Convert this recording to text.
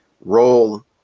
role